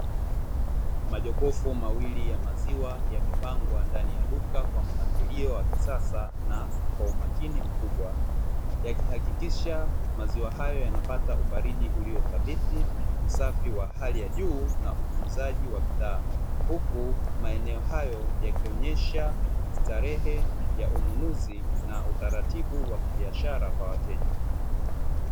Majokofu mawili ya maziwa yamepangwa ndani ya duka kwa mpangilio wa kisasa na kwaumakini mkubwa, yakihakikisha maziwa hayo yanapata ubaridi thabiti, usafi wa hali ya juu na utunzaji wa bidhaa, huku maeneo hayo yakionesha starehe ya ununuzi na utaratibu wa kibiashara kwa wateja